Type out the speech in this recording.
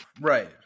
right